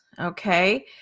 Okay